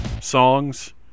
songs